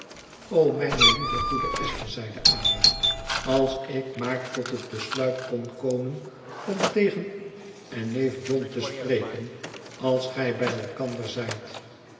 o mijne lieve goede esther zeide ada als ik maar tot het besluit kon komen om tegen u en neef john te spreken als gij bij elkander